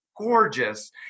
Gorgeous